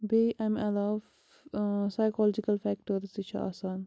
بیٚیہِ اَمہِ علاوٕ ٲں سایِکوٛالجِکَل فیٚکٹٲرٕز تہِ چھِ آسان